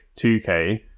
2K